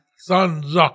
Sons